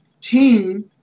team